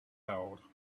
held